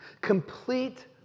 complete